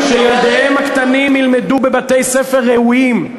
שילדיהם הקטנים ילמדו בבתי-ספר ראויים,